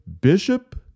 bishop